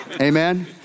amen